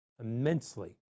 immensely